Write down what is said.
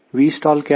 Vstall क्या है